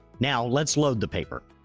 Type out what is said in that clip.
now let's load the paper.